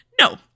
no